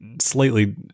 slightly